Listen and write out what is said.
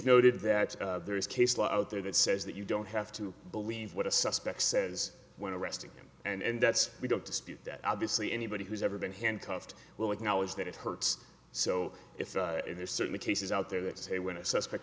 noted that there is case law out there that says that you don't have to believe what a suspect says when arresting him and that's we don't dispute that obviously anybody who's ever been handcuffed will acknowledge that it hurts so if there are certainly cases out there that say when a suspect